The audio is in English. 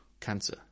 cancer